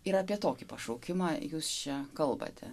yra apie tokį pašaukimą jūs čia kalbate